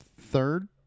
third